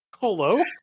Hello